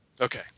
Okay